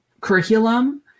curriculum